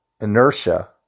inertia